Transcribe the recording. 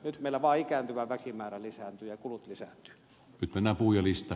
nyt meillä vain ikääntyvä väkimäärä lisääntyy ja kulut lisääntyvät